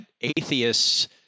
atheists